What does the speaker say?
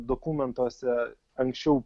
dokumentuose anksčiau